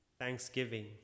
thanksgiving